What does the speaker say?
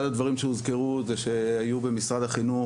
אחד הדברים שהוזכרו זה שהיו במשרד החינוך